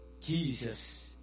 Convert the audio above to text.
Jesus